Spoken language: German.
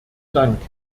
dank